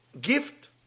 gift